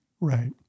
Right